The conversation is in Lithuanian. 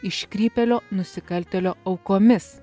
iškrypėlio nusikaltėlio aukomis